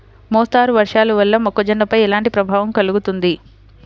మోస్తరు వర్షాలు వల్ల మొక్కజొన్నపై ఎలాంటి ప్రభావం కలుగుతుంది?